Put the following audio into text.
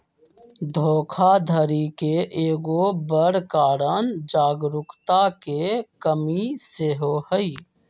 धोखाधड़ी के एगो बड़ कारण जागरूकता के कम्मि सेहो हइ